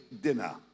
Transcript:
dinner